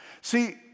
see